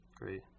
Great